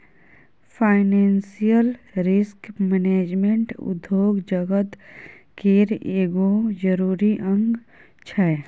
financial risk management उद्योग जगत केर एगो जरूरी अंग छै